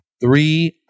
three